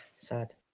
sad